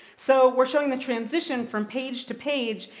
so we're showing the transmission from page to page,